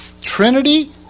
trinity